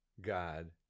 God